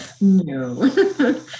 No